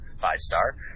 five-star